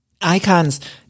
Icons